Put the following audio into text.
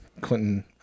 Clinton